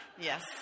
Yes